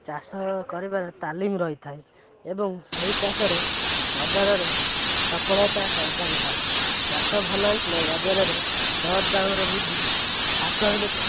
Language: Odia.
ଚାଷ କରିବାରେ ତାଲିମ ରହିଥାଏ ଏବଂ ସେହି ଚାଷରେ ବଜାରରେ ସଫଳତା କରିପାରେ ଚାଷ ଭଲ ହେଇଥିଲେ ବଜାରରେ ଦର ଦାମରେ ବୃଦ୍ଧି ହାସ ହେଇନଥାଏ